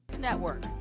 network